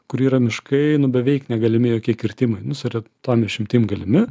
kur yra miškai beveik negalimi jokie kirtimai nu su retom išimtim galimi